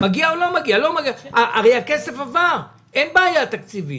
הרי הכסף עבר, אין בעיה תקציבית?